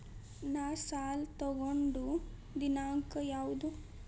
ನಾ ಸಾಲ ತಗೊಂಡು ದಿನಾಂಕ ಯಾವುದು?